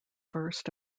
first